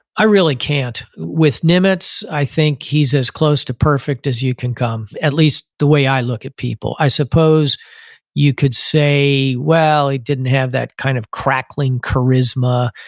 i really can't. with nimitz, i think he's as close to perfect as you can come, at least the way i look at people. i suppose you could say, well he didn't have that kind of crackling charisma,